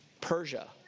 Persia